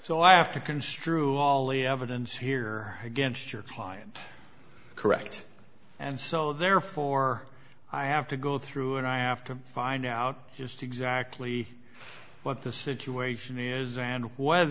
to construe all the evidence here against your client correct and so therefore i have to go through and i have to find out just exactly what the situation is and whether